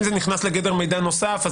אם זה נכנס לגדר מידע נוסף,